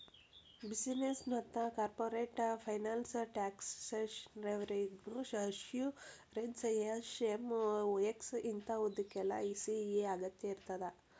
business ಮತ್ತ corporate finance taxation revenue assurance SOX ಇಂತಾವುಕ್ಕೆಲ್ಲಾ CA ಅಗತ್ಯಇರ್ತದ